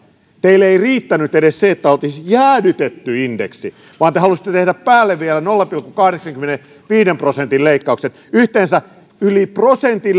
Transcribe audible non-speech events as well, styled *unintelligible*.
teille ei riittänyt edes se että oltaisiin jäädytetty indeksi vaan te halusitte tehdä päälle vielä nolla pilkku kahdeksankymmenenviiden prosentin leikkauksen yhteensä yli prosentin *unintelligible*